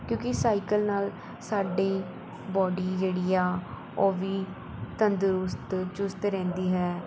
ਕਿਉਂਕਿ ਸਾਈਕਲ ਨਾਲ ਸਾਡੀ ਬੋਡੀ ਜਿਹੜੀ ਆ ਉਹ ਵੀ ਤੰਦਰੁਸਤ ਚੁਸਤ ਰਹਿੰਦੀ ਹੈ